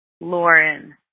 Lauren